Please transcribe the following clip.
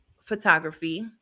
photography